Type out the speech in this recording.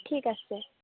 ঠিক আছে